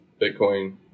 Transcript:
bitcoin